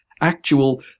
actual